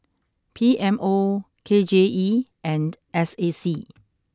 P M O K J E and S A C